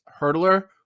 hurdler